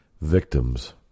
victims